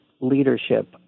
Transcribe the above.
leadership